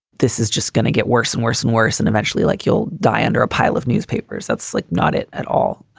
this is just going to get worse and worse and worse and eventually, like you'll die under a pile of newspapers that's like not it at all